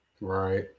Right